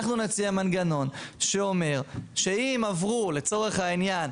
אנחנו נציע מנגנון שאומר שאם ירדו לצורך העניין,